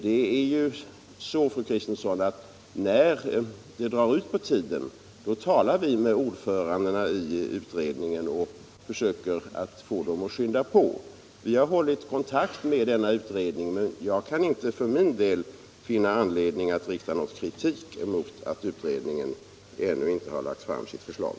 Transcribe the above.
Det är ju så, fru Kristensson, att när det drar ut på tiden talar vi med ordförandena i de utredningar som det gäller och försöker få dem att skynda på. Vi har hållit kontakt med denna utredning, men jag kan inte för min del finna anledning att rikta någon kritik mot att utredningen ännu inte lagt fram sitt förslag.